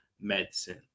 medicine